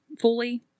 fully